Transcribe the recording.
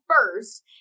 first